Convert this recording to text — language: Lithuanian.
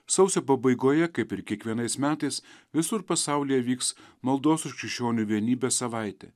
sausio pabaigoje kaip ir kiekvienais metais visur pasaulyje vyks maldos už krikščionių vienybę savaitė